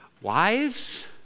Wives